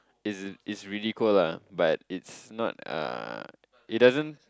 it's it's really cold lah but it's not uh it doesn't